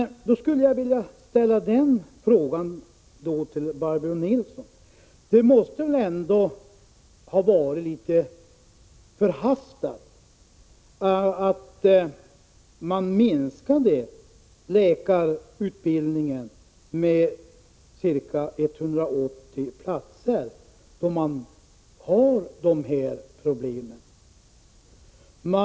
Jag skulle vilja ställa frågan till Barbro Nilsson: Det måste väl ändå ha varit litet förhastat att man minskade läkarutbildningen med ca 180 platser, då man hade de här problemen?